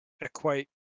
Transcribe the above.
equate